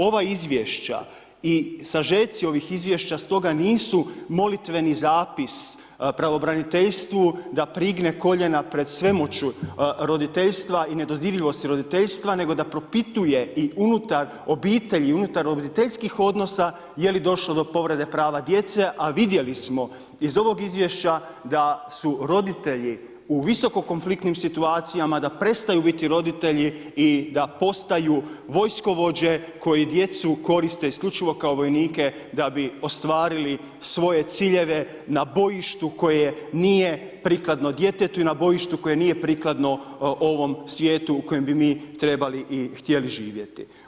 Ova izvješća i sažeti ovih izvješća, stoga, nisu molitveni zapis pravobraniteljstvu, da prigne koljena pred svemoću roditeljstva i nedodirljivosti roditeljstva, nego da propisuje i unutar obitelji i unutar roditeljskih odnosa, je li došlo do povrede prava djece, a vidjeli smo iz ovog izvješća, da su roditelji u visoko kompletnim situacijama, da prestaju biti roditelji i da postaju vojskovođe koju djecu koriste, isključivo kao vojnike da bi ostvarili svoje ciljeve, na bojištu koje nije prikladno djetetu i na bojištu koje nije prikladno ovom svijetu u kojem bi mi trebali i htjeli živjeti.